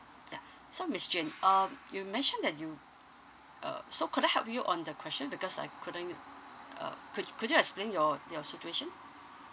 ya so miss jane um you mentioned that you uh so could I help you on the question because I couldn't uh could could you explain your your situation